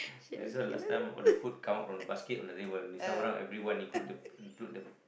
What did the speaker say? this one last time all the food come out from the basket on the table this time around everyone include the include the